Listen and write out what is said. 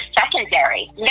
secondary